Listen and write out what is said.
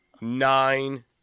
Nine